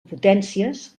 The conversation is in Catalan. potències